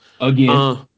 Again